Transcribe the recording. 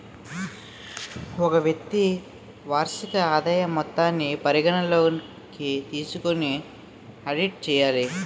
ఒక వ్యక్తి వార్షిక ఆదాయం మొత్తాన్ని పరిగణలోకి తీసుకొని ఆడిట్ చేయాలి